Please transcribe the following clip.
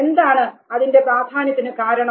എന്താണ് അതിൻറെ പ്രാധാന്യത്തിന് കാരണം